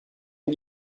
une